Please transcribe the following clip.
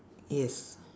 yes